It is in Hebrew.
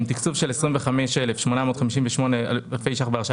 תקצוב של 25,858 אלפי שקלים בהרשאה